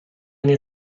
nie